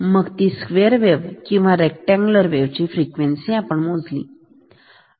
मगते square wave किंवा rectangular wave ची frequency मोजतात